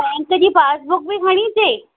bank जी passbook बि खणी अचे